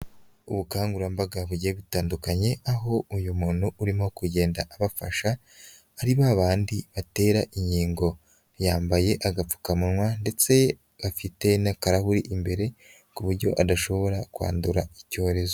Ubukangurambaga bugiye butandukanye, aho uyu muntu urimo kugenda abafasha ari ba bandi batera inkingo, yambaye agapfukamunwa ndetse afite n'akarahuri imbere ku buryo adashobora kwandura icyorezo.